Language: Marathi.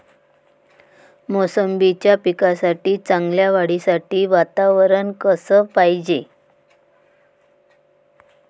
मोसंबीच्या पिकाच्या चांगल्या वाढीसाठी वातावरन कस पायजे?